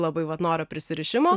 labai vat noriu prisirišimo